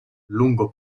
lungo